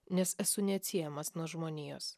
nes esu neatsiejamas nuo žmonijos